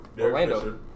Orlando